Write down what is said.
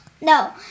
No